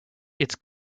its